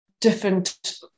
different